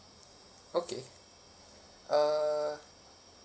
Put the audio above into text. okay uh